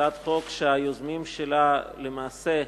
הצעת חוק שהיוזמים שלה, למעשה,